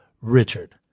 Richard